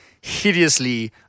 hideously